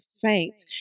faint